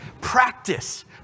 practice